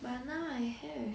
but now I have